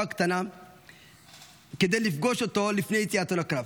הקטנה כדי לפגוש אותו לפני יציאתו לקרב.